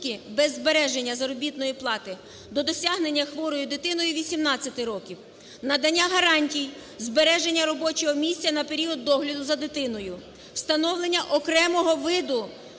без збереження заробітної плати до досягнення хворою дитиною 18 років. Надання гарантій збереження робочого місця на період догляду за дитиною, встановлення окремого виду